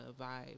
vibe